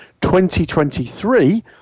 2023